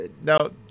now